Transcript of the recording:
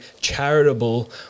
charitable